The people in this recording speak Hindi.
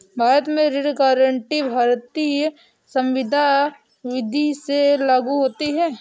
भारत में ऋण गारंटी भारतीय संविदा विदी से लागू होती है